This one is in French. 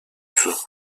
saut